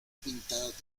pintadas